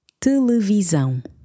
Televisão